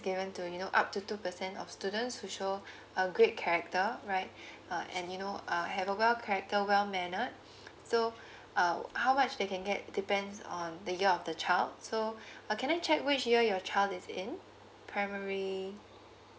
given to you know up to two percent of students who show a great character right uh and you know uh have a well character well mannered so uh how much they can get depends on the year of the child so uh can I check which year your child is in primary